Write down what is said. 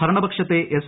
ഭരണപക്ഷത്തെ S